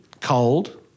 cold